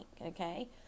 okay